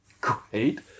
Great